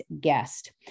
guest